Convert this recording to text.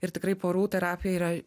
ir tikrai porų terapija yra